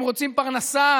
הם רוצים פרנסה,